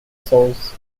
soles